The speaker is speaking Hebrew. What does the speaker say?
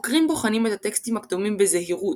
החוקרים בוחנים את הטקסטים הקדומים בזהירות,